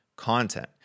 content